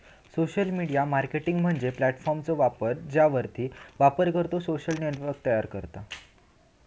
social media marketing म्हणजे प्लॅटफॉर्मचो वापर ज्यावर वापरकर्तो सोशल नेटवर्क तयार करता